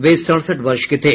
वे सड़सठ वर्ष के थे